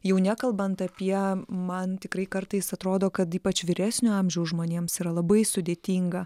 jau nekalbant apie man tikrai kartais atrodo kad ypač vyresnio amžiaus žmonėms yra labai sudėtinga